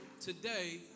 today